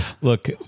Look